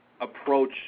approach